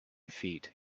feet